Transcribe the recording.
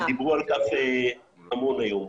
ודיברו על כך המון היום.